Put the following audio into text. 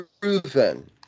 proven